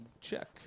check